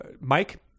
Mike